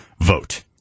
vote